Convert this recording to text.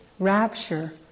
rapture